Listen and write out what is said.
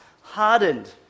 hardened